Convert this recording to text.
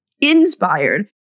inspired